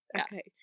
okay